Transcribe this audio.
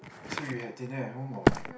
so you had dinner at home or what